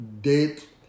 date